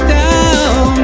down